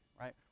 right